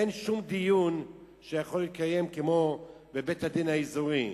אין שום דיון שיכול להתקיים כמו בבית-הדין האזורי,